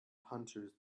hunters